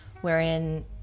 wherein